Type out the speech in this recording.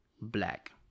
black